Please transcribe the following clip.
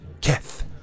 Keth